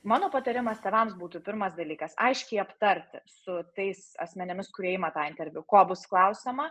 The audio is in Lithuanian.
mano patarimas tėvams būtų pirmas dalykas aiškiai aptarti su tais asmenimis kurie ima tą interviu ko bus klausiama